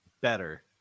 Better